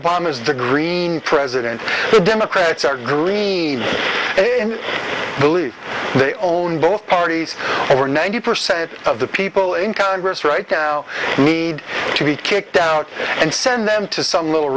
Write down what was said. is the green president the democrats are green and believe they own both parties over ninety percent of the people in congress right now need to be kicked out and send them to some little